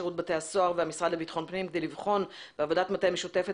שירות בתי הסוהר והמשרד לביטחון פנים כדי לבחון בעבודת מטה משותפת